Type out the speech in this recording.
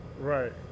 right